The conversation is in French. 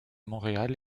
montréal